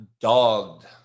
dogged